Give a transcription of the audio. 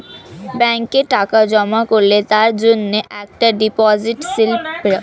ব্যাংকে টাকা জমা করলে তার জন্যে একটা ডিপোজিট স্লিপ বেরোয়